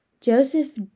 Joseph